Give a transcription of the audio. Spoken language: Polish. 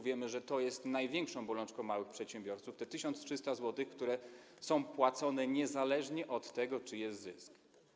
Wiemy, że to jest największą bolączką małych przedsiębiorców, te 1300 zł, które są płacone niezależnie od tego, czy jest zysk.